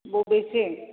बबेथिं